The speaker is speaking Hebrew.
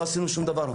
לא עשינו שום דבר.